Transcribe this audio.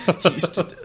Houston